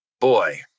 boy